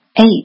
Eight